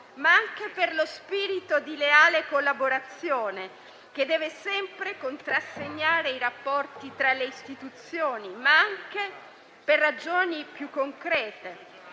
ma anche per lo spirito di leale collaborazione che deve sempre contrassegnare i rapporti tra le istituzioni e anche per ragioni più concrete.